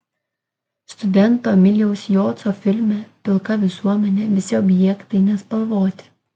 studento emilijaus joco filme pilka visuomenė visi objektai nespalvoti